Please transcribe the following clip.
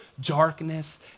darkness